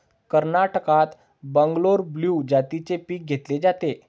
कर्नाटकात बंगलोर ब्लू जातीचे पीक घेतले जाते